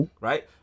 Right